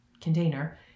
container